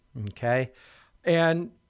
okay—and